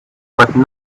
but